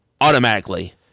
automatically